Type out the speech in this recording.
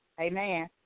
Amen